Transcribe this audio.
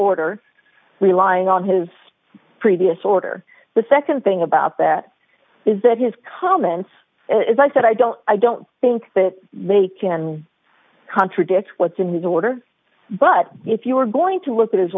order relying on his previous order the nd thing about that is that his comments as i said i don't i don't think that they can contradict what's in the order but if you are going to look at